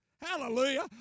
Hallelujah